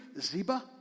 Ziba